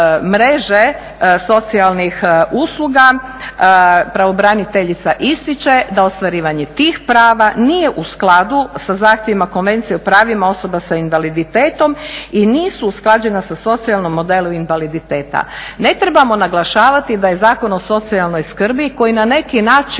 socijalnih usluga pravobraniteljica ističe da ostvarivanje tih prava nije u skladu sa zahtjevima Konvencije o pravima osoba s invaliditetom i nisu usklađena sa socijalnim modelom invaliditeta. Ne trebamo naglašavati da je Zakon o socijalnoj skrbi koji na neki način